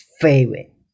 favorite